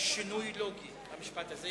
יש שינוי לוגי במשפט הזה,